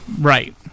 Right